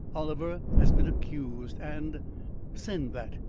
oliver has been accused and send that!